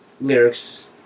lyrics